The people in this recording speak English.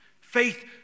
Faith